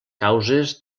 causes